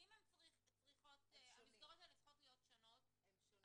אם המסגרות האלה צריכות להיות שונות --- הם שונים.